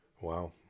Wow